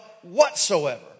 whatsoever